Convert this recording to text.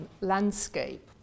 landscape